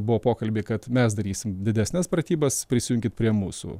buvo pokalbiai kad mes darysim didesnes pratybas prisijunkit prie mūsų